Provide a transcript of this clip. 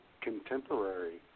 contemporary